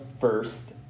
first